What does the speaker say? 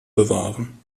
bewahren